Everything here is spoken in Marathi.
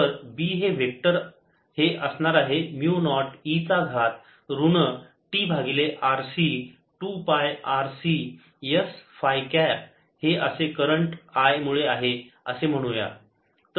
तर B वेक्टर हे असणार आहे म्यु नॉट e चा घात ऋण t भागिले RC 2 pi RC s phi cap हे असे करंट I मुळे आहे असे म्हणूयात